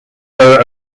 borough